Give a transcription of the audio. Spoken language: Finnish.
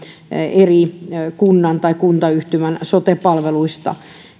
eri kunnan tai kuntayhtymän sote palveluista